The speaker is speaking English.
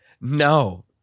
No